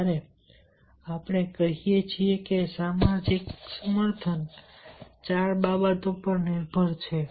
જ્યારે આપણે કહીએ છીએ કે સામાજિક સમર્થન ચાર બાબતો પર નિર્ભર કરે છે